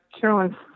Carolyn